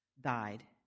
died